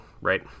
right